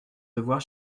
devoirs